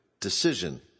decision